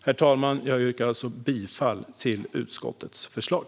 Herr talman! Jag yrkar bifall till utskottets förslag.